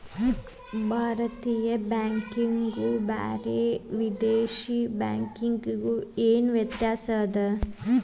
ಭಾರತೇಯ ಬ್ಯಾಂಕಿಗು ಬ್ಯಾರೆ ವಿದೇಶಿ ಬ್ಯಾಂಕಿಗು ಏನ ವ್ಯತ್ಯಾಸದ?